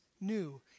new